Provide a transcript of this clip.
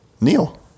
Neil